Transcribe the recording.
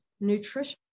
nutrition